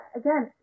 again